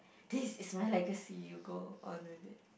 this is my legacy you go on with it